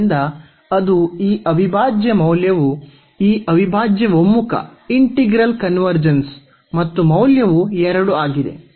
ಆದ್ದರಿಂದ ಅದು ಈ ಅವಿಭಾಜ್ಯ ಮೌಲ್ಯವು ಈ ಅವಿಭಾಜ್ಯ ಒಮ್ಮುಖ ಮತ್ತು ಮೌಲ್ಯವು 2 ಆಗಿದೆ